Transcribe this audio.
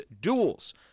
duels